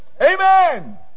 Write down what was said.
Amen